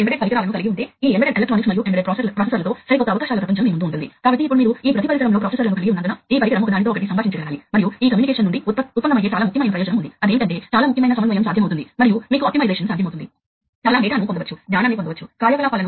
కాబట్టి కంట్రోలర్ లకు వాస్తవానికి చాలా విశ్లేషణ సమాచారం అవసరమని మీకు తెలుసు లేకపోతే విషయాలు స్వయంచాలక పద్ధతి లో నడుస్తున్నప్పుడు అన్ని యాక్యుయేటర్లు సెన్సార్లు మీకు సరైన డేటా ను ఇస్తున్నాయా లేదా ఒకవేళ ఏదైనా సెన్సర్ విఫలమైతే మీరు పొందుతున్న డేటా వాస్తవానికి సరైనది కాదు అని తెలుసుకో గలగాలి